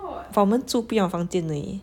but 我们住不一样房间而已